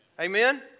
Amen